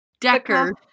Decker